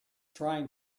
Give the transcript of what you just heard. trying